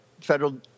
federal